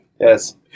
Yes